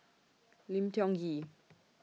Lim Tiong Ghee